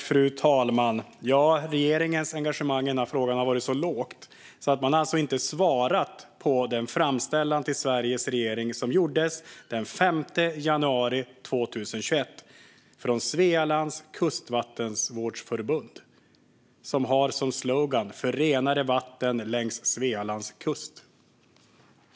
Fru talman! Regeringens engagemang i den här frågan har varit så litet att man inte har svarat på den framställan till Sveriges regering som gjordes den 5 januari 2021 från Svealands Kustvattenvårdsförbund som har som slogan: För renare vatten längs Svealands kust.